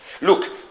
Look